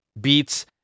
Beats